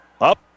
up